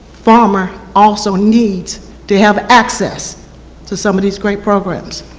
farmer also needs to have access to some of these great programs.